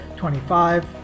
25